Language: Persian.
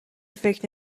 فکر